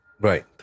Right